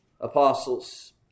apostles